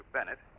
Bennett